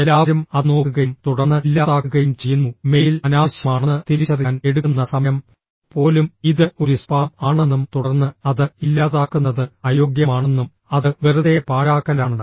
എല്ലാവരും അത് നോക്കുകയും തുടർന്ന് ഇല്ലാതാക്കുകയും ചെയ്യുന്നു മെയിൽ അനാവശ്യമാണെന്ന് തിരിച്ചറിയാൻ എടുക്കുന്ന സമയം പോലും ഇത് ഒരു സ്പാം ആണെന്നും തുടർന്ന് അത് ഇല്ലാതാക്കുന്നത് അയോഗ്യമാണെന്നും അത് വെറുതെ പാഴാക്കലാണ്